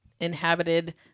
inhabited